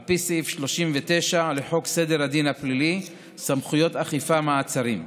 על פי סעיף 39 לחוק סדר הדין הפלילי (סמכויות אכיפה מעצרים).